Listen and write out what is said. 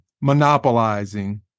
monopolizing